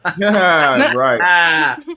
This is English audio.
Right